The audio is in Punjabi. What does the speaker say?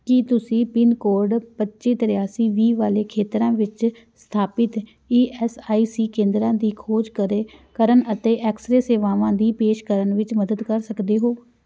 ਕੀ ਤੁਸੀਂ ਪਿੰਨ ਕੋਡ ਪੱਚੀ ਤ੍ਰਿਆਸੀ ਵੀਹ ਵਾਲੇ ਖੇਤਰਾਂ ਵਿੱਚ ਸਥਾਪਿਤ ਈ ਐਸ ਆਈ ਸੀ ਕੇਂਦਰਾਂ ਦੀ ਖੋਜ ਕਦੇ ਕਰਨ ਅਤੇ ਐਕਸਰੇ ਸੇਵਾਵਾਂ ਦੀ ਪੇਸ਼ ਕਰਨ ਵਿੱਚ ਮਦਦ ਕਰ ਸਕਦੇ ਹੋ